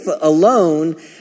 alone